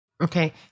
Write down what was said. Okay